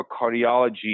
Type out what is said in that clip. cardiology